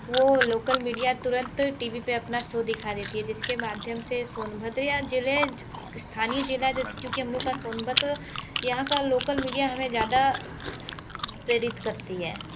वह local media तुरंत T V पर अपना सो दिखा देती है जिस के माध्यम से सोनभद्र या ज़िले या स्थानीय ज़िला जैसे क्योंकि हम लोगों का सोनभद्र यहाँ का लोकल मीडिया हमें ज़्यादा प्रेरित करती है